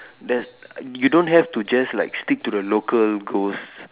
there's you don't have to just like stick to the local ghosts